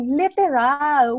literal